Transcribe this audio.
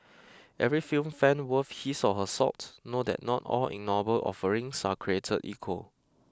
every film fan worth his or her salt know that not all ignoble offerings are created equal